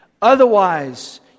Otherwise